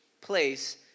place